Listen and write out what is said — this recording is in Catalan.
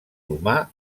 humà